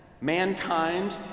Mankind